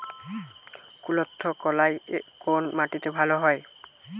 কুলত্থ কলাই কোন মাটিতে ভালো হয়?